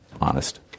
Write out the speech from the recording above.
honest